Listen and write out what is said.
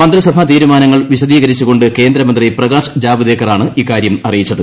മന്ത്രിസഭാ തീരുമാനങ്ങൾ വിശദീകരിച്ചുകൊണ്ട് കേന്ദ്രമന്ത്രി പ്രകാശ് ജാവ്ദേക്കറാണ് ഇക്കാര്യം അറിയിച്ചത്